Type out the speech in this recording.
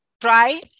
try